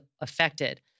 affected